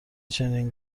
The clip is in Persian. چنین